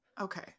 Okay